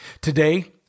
Today